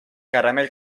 caramel